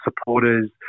Supporters